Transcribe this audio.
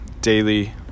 Daily